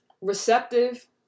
receptive